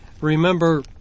Remember